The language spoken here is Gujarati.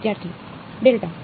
વિદ્યાર્થી ડેલ્ટા